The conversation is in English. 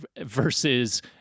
versus